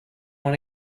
want